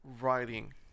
writing